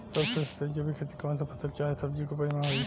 सबसे सस्ता जैविक खेती कौन सा फसल चाहे सब्जी के उपज मे होई?